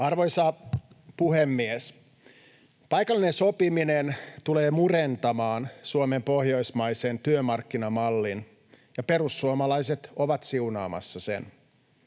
Arvoisa puhemies! Paikallinen sopiminen tulee murentamaan Suomen pohjoismaisen työmarkkinamallin, ja perussuomalaiset ovat siunaamassa sen.